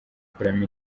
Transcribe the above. gukuramo